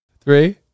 Three